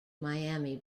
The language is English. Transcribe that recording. miami